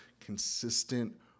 consistent